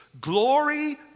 glory